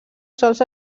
sols